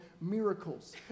miracles